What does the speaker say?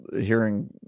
hearing